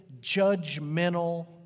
judgmental